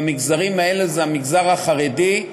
המגזרים האלה הם המגזר החרדי,